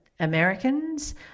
Americans